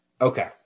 Okay